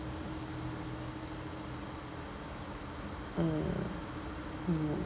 mm mm